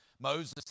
Moses